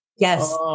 Yes